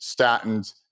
statins